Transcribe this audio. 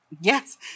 Yes